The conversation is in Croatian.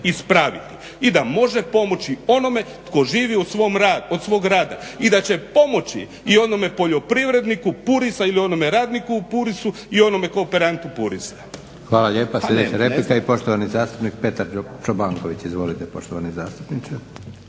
ispraviti i da može pomoći onome tko živi od svog rada i da će pomoći i onome poljoprivredniku Purisa ili onome radniku u Purisu i onome kooperantu Purisa. **Leko, Josip (SDP)** Hvala lijepo. Sljedeća replika i poštovani zastupnik Petar Čobanković. Izvolite poštovani zastupniče.